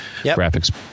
graphics